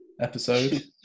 episode